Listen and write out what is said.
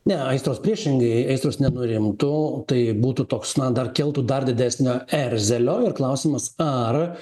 ne aistros priešingai aistros nenurimtų tai būtų toks na dar keltų dar didesnio erzelio ir klausimas ar